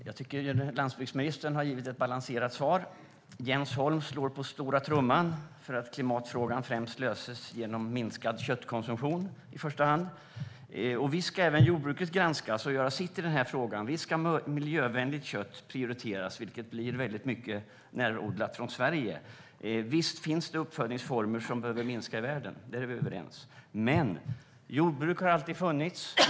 Fru talman! Landsbygdsministern har givit ett balanserat svar. Jens Holm slår på stora trumman för att klimatfrågan främst löses genom minskad köttkonsumtion. Visst ska även jordbruket granskas och göra sitt i denna fråga. Visst ska miljövänligt kött prioriteras - då blir det mycket närproducerat kött från Sverige. Visst finns det uppfödningsformer som behöver minska i världen - där är vi överens. Men jordbruk har alltid funnits.